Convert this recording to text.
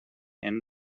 and